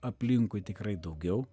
aplinkui tikrai daugiau